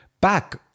back